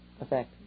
effect